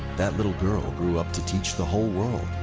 that little girl grew up to teach the whole world